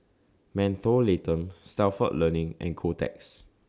Mentholatum Stalford Learning and Kotex